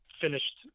finished